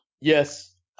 Yes